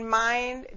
mind